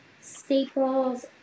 staples